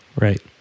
right